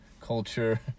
culture